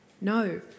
No